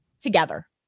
together